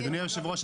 אדוני היושב-ראש,